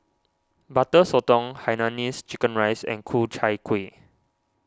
Butter Sotong Hainanese Chicken Rice and Ku Chai Kuih